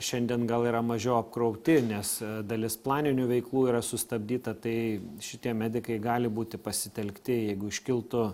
šiandien gal yra mažiau apkrauti nes dalis planinių veiklų yra sustabdyta tai šitie medikai gali būti pasitelkti jeigu iškiltų